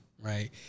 Right